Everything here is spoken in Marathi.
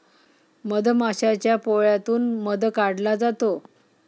मधमाशाच्या पोळ्यातून मध काढला जातो